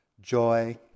joy